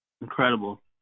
Incredible